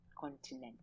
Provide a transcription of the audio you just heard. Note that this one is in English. continent